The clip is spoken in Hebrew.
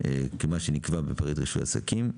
כמה שנקבע ב --- רישוי עסקים.